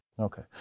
Okay